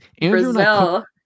Brazil